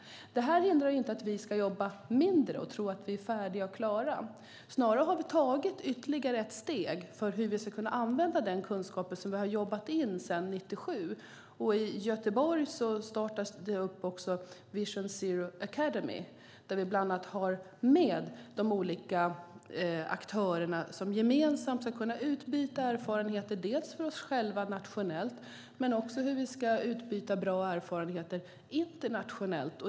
Detta hindrar inte att vi ska jobba mer. Vi ska inte tro att vi är färdiga och klara. Snarare har vi tagit ytterligare ett steg för hur vi ska kunna använda den kunskap som vi har jobbat in sedan 1997. I Göteborg startar man Vision Zero Academy, där vi bland annat har med de olika aktörerna, som gemensamt ska kunna utbyta bra erfarenheter. Det gäller dels oss själva nationellt, dels internationellt.